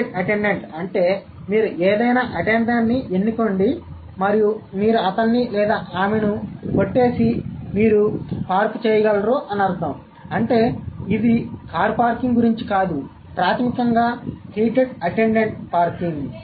heated attendant అంటే మీరు ఏదైనా అటెండర్ని ఎన్నుకోండి మరియు మీరు అతన్ని లేదా ఆమెను కొట్టేసి మీరూ పార్క్ చేయగలరు అని అర్థం అంటే ఇది కార్ పార్కింగ్ గురించి కాదు ప్రాథమికంగా హీటెడ్ అటెండెంట్ పార్కింగ్